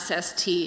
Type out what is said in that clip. SST